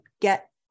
get